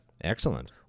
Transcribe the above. Excellent